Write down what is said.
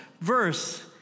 verse